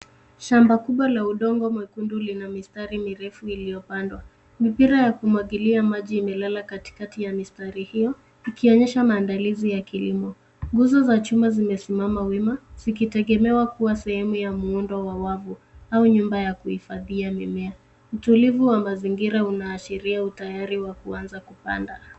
Shamba kubwa la udongo mwekundu lina mistari mirefu iliyopandwa. Mipira ya kumwagilia maji imelala katikati ya mistari hio ikionyesha maandalizi ya kilimo. Nguzo za chuma zimesimama wima zikitegemewa kuwa sehemu ya muundo wa wavu au nyumba ya kuhifadhia mimea. Utulivu wa mazingira unaashiria utayari wa kuanza kupanda.